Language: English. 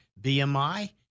BMI